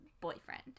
boyfriend